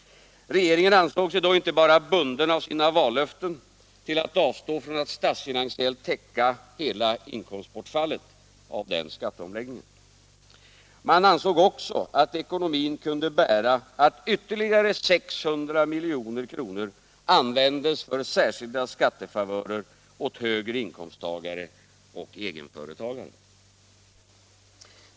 Regeringen ansåg sig då inte bara bunden av sina vallöften till att avstå från att statsfinansiellt täcka hela inkomstbortfallet av skatteomläggningen. Man ansåg också att det ekonomiska läget kunde bära att ytterligare 600 milj.kr. användes för särskilda skattefavörer åt högre inkomsttagare och egenföretagare.